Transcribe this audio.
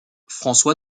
françois